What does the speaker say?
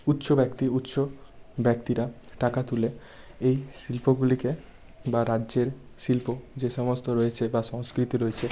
উচ্চ ব্যক্তি উচ্চ ব্যক্তিরা টাকা তুলে এই শিল্পগুলিকে বা রাজ্যের শিল্প যে সমস্ত রয়েছে বা সংস্কৃতি রয়েছে